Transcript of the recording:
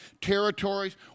territories